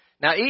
Now